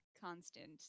constant